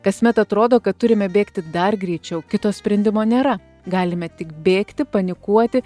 kasmet atrodo kad turime bėgti dar greičiau kito sprendimo nėra galime tik bėgti panikuoti